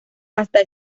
hasta